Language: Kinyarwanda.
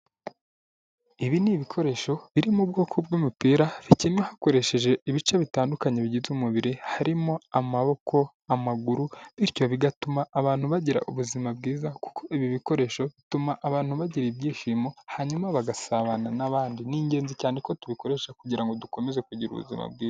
Ibi ni ibikoresho biririmo ubwoko bw'imipira bikinwa hakoreshejwe ibice bitandukanye bigize umubiri harimo amaboko, amaguru, bityo bigatuma abantu bagira ubuzima bwiza kuko ibi bikoresho bituma abantu bagira ibyishimo, hanyuma bagasabana n'abandi. Ni ingenzi cyane ko tubikoresha kugira ngo dukomeze kugira ubuzima bwiza.